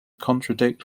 contradict